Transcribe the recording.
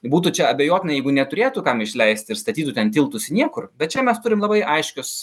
būtų čia abejotina jeigu neturėtų kam išleisti ir statytų ten tiltus į niekur bet čia mes turim labai aiškius